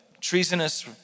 treasonous